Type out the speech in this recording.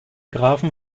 grafen